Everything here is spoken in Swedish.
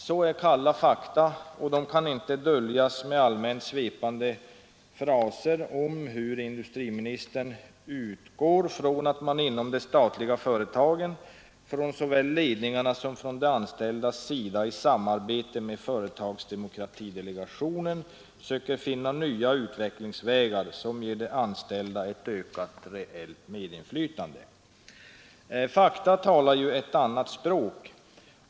Det är kalla fakta, och de kan inte döljas med allmänt svepande fraser om hur industriministern utgår från ”att man inom de statliga företagen i positiv anda från såväl ledningarna som de anställdas sida i samarbete med företagsdemokratidelegationen söker finna nya utvecklingsvägar som ger de anställda ett ökat reellt medinflytande”. Fakta talar ett annat språk.